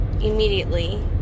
immediately